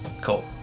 cool